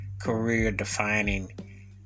career-defining